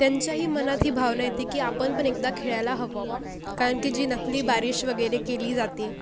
त्यांच्याही मनात ही भावना येते की आपण पण एकदा खेळायला हवं कारण की ती नकली बारिश वगैरे केली जाते